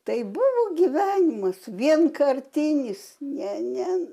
tai buvo gyvenimas vienkartinis ne ne